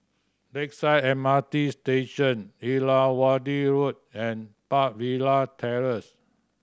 Lakeside M R T Station Irrawaddy Road and Park Villa Terrace